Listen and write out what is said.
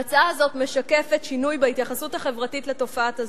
ההצעה הזאת משקפת שינוי בהתייחסות החברתית לתופעת הזנות,